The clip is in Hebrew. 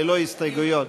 ללא הסתייגויות.